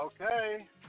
Okay